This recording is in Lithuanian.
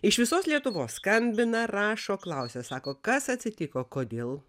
iš visos lietuvos skambina rašo klausia sako kas atsitiko kodėl